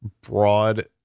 broad